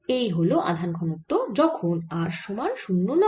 এই হল আধান ঘনত্ব যখন r সমান 0 নয়